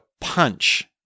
punch